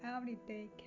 everyday